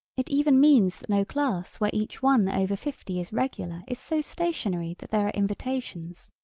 it even means that no class where each one over fifty is regular is so stationary that there are invitations.